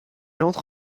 entre